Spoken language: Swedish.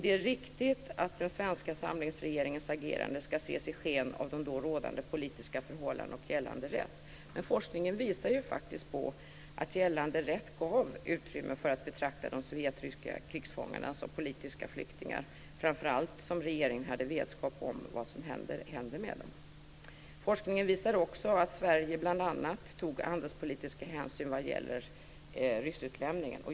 Det är riktigt att den svenska samlingsregeringens agerande ska ses i sken av de då rådande politiska förhållandena och gällande rätt. Men forskningen visar ju faktiskt att gällande rätt gav utrymme för att betrakta de sovjetryska krigsfångarna som politiska flyktingar, framför allt som regeringen hade vetskap om vad som hände med dem. Forskningen visar också att Sverige bl.a. tog handelspolitiska hänsyn vad gäller ryssutlämningen.